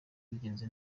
bigenze